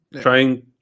trying